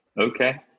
Okay